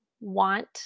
want